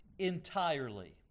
entirely